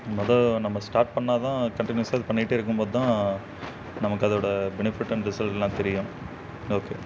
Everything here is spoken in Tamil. மொத நம்ம ஸ்டார்ட் பண்ணால் தான் கண்டினியூஸாக இது பண்ணிக்கிட்டே இருக்கும் போது தான் நமக்கு அதோடய பெனிஃபிட் அண்ட் ரிசல்ட்செல்லாம் தெரியும் ஓகே